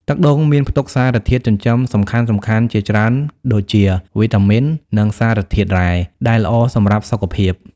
ទឹកដូងមានផ្ទុកសារធាតុចិញ្ចឹមសំខាន់ៗជាច្រើនដូចជា វីតាមីន និង សារធាតុរ៉ែ ដែលល្អសម្រាប់សុខភាព។